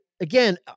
again